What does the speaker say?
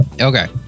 Okay